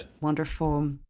Wonderful